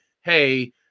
Hey